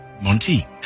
Monty